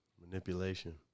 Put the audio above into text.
Manipulation